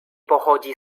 pochodzi